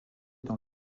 dans